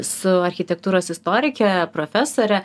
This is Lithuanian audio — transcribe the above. su architektūros istorike profesore